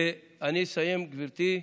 ואני אסיים, גברתי,